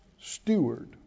steward